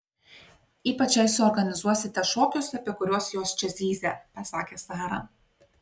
ypač jei suorganizuosite šokius apie kuriuos jos čia zyzė pasakė sara